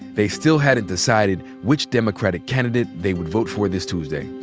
they still hadn't decided which democratic candidate they would vote for this tuesday.